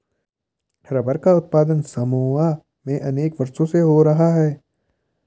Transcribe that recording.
rubber का उत्पादन Samoa में अनेक वर्षों से हो रहा है